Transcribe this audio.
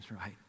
right